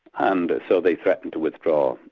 and so they threatened to withdraw.